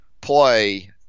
play